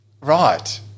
Right